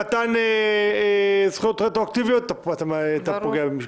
במתן זכויות רטרואקטיביות אתה פוגע במישהו.